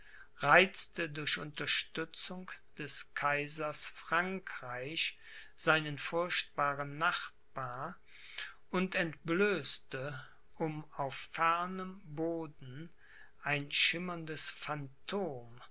reizte durch unterstützung des kaisers frankreich seinen furchtbaren nachbar und entblößte um auf fernem boden ein schimmerndes phantom